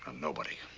nobody.